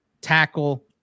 tackle